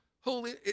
holy